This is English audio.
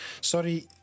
sorry